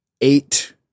eight